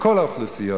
כל האוכלוסיות.